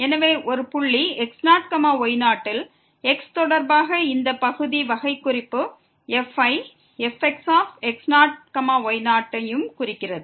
எனவே ஒரு புள்ளி x0 y0 யில் x தொடர்பாக இந்த பகுதி வகைக்குறிப்பு f ஐ fxx0 y0 யும் குறிக்கிறது